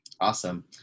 Awesome